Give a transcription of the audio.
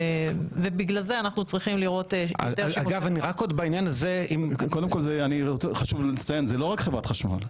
ובגלל זה אנחנו רואים יותר שימוש- -- זה לא רק חברת חשמל,